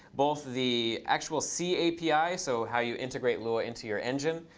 both the actual c api. so how you integrate lua into your engine.